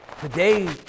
today